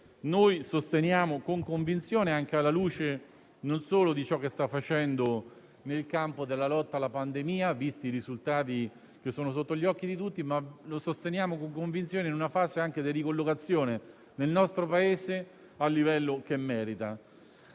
noi sosteniamo con convinzione non solo alla luce di ciò che sta facendo nel campo della lotta alla pandemia, visti i risultati sotto gli occhi di tutti: lo sosteniamo con convinzione in una fase di ricollocazione nel nostro Paese al livello che merita.